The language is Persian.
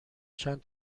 چند